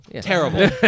Terrible